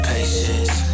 Patience